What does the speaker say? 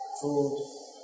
food